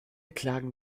klagen